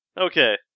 Okay